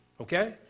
Okay